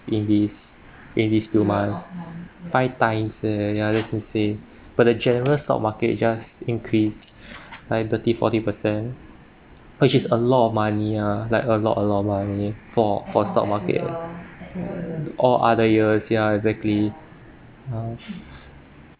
in these in these few months five times eh yeah that's the thing but the general stock market just increase like thirty forty percent which is a lot of money ah like a lot a lot of money for for stock market all the other years yeah exactly uh